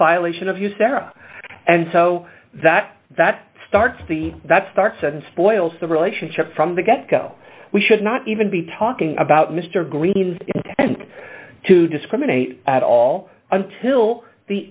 violation of you sarah and so that that starts the that starts and spoils the relationship from the get go we should not even be talking about mr green's intent to discriminate at all until the